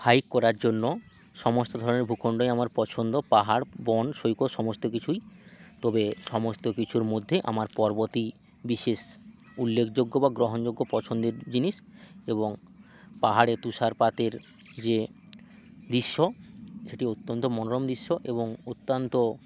hike করার জন্য সমস্ত ধরনের ভূখণ্ডই আমার পছন্দ পাহাড় বন সৈকত সমস্ত কিছুই তবে সমস্ত কিছুর মধ্যে আমার পর্বতই বিশেষ উল্লেখযোগ্য বা গ্রহণযোগ্য পছন্দের জিনিস এবং পাহাড়ে তুষারপাতের যে দৃশ্য সেটি অত্যন্ত মনোরম দৃশ্য এবং অত্যন্ত